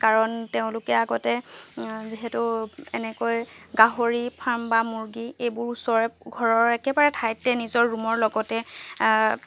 কাৰণ তেওঁলোকে আগতে যিহেতু এনেকৈ গাহৰি ফাৰ্ম বা মুৰ্গী এইবোৰ ওচৰে ঘৰৰ একেবাৰে ঠাইতে নিজৰ ৰুমৰ লগতে